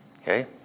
Okay